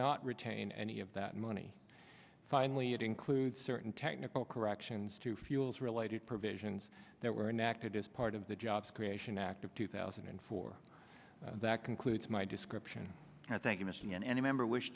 retain any of that money finally it includes certain technical corrections to fuels related provisions that were enacted as part of the jobs creation act of two thousand and four that concludes my description and i thank you michigan any member wish